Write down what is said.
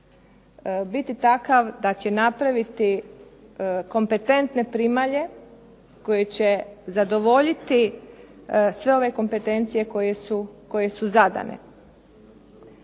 biti takav da će napraviti kompetentne primalje, koje će zadovoljiti sve ove kompetencije koje su zadane.